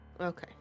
Okay